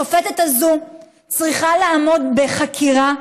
השופטת הזו צריכה לעמוד בחקירה,